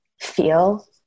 feel